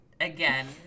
again